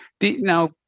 Now